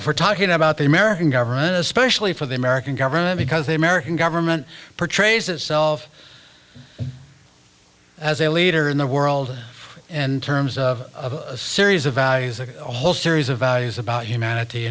if we're talking about the american government especially for the american government because the american government portrays itself as a leader in the world and terms of a series of values a whole series of values about humanity